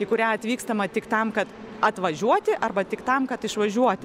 į kurią atvykstama tik tam kad atvažiuoti arba tik tam kad išvažiuoti